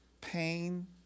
pain